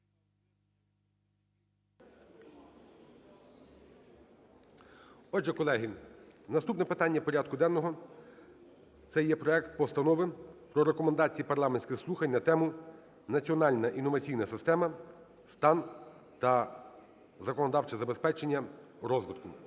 Отже, колеги, наступне питання порядку денного – це є проект Постанови про Рекомендації парламентських слухань на тему: "Національна інноваційна система: стан та законодавче забезпечення розвитку".